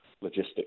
logistics